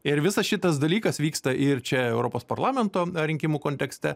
ir visas šitas dalykas vyksta ir čia europos parlamento rinkimų kontekste